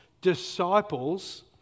disciples